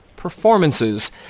performances